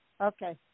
Okay